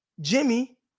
Jimmy